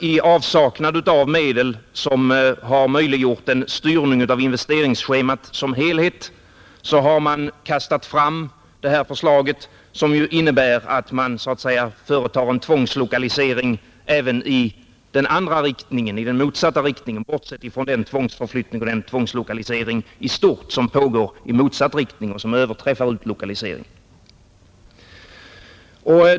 I avsaknad av medel som har möjliggjort en styrning av investeringsschemat som helhet har man kastat fram förslaget, som innebär att man företar en tvångslokalisering även i den motsatta riktningen, bortsett från den tvångsförflyttning och den tvångslokalisering i stort som pågår i motsatt riktning och som överträffar utlokaliseringen.